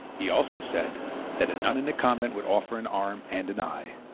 he also said that a nun in the convent would offer an arm and an eye.